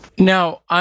Now